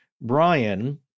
Brian